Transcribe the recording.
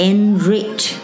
Enrich